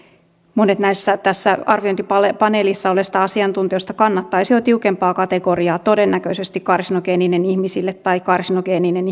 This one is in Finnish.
monet tässä arviointipaneelissa olleista asiantuntijoista kannattaisivat jo tiukempaa kategoriaa todennäköisesti karsinogeeninen ihmisille tai karsinogeeninen